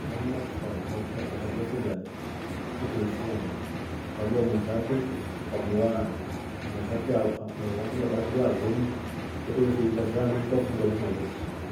Vanayama vasa twefuga vetre hisia ndio, ukadua mwensake ukamuwaa wensake labda shi awoni kwetre itra se andu fo ukafungua lasima ve tisha.